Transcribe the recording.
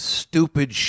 stupid